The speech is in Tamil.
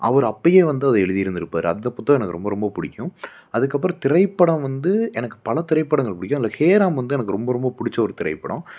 அவர் அப்பயே வந்து அதை எழுதிருந்துருப்பார் அந்த புத்தகம் எனக்கு ரொம்ப ரொம்ப பிடிக்கும் அதுக்கப்புறம் திரைப்படம் வந்து எனக்கு பலத்திரைப்படங்கள் பிடிக்கும் அதில் ஹேராம் வந்து எனக்கு ரொம்ப ரொம்ப பிடிச்ச ஒரு திரைப்படம்